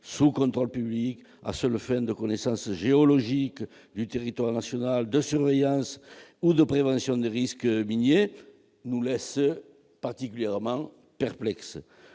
sous contrôle public à seules fins de connaissance géologique du territoire national, de surveillance ou de prévention des risques miniers », nous laisse particulièrement perplexes.